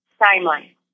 timeline